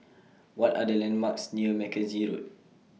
What Are The landmarks near Mackenzie Road